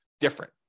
different